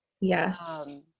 yes